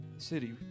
city